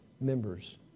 members